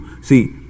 See